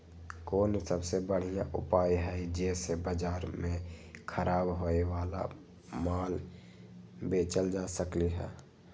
कोन सबसे बढ़िया उपाय हई जे से बाजार में खराब होये वाला माल बेचल जा सकली ह?